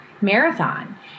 marathon